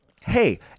Hey